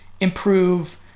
improve